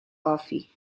coffee